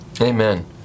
amen